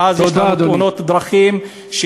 ואז יש תאונות דרכים.